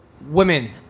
women